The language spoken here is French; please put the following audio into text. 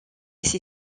ses